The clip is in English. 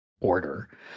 order